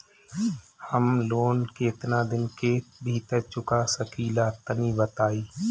हम लोन केतना दिन के भीतर चुका सकिला तनि बताईं?